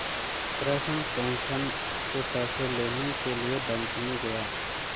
Krishna pension के पैसे लेने के लिए बैंक में गया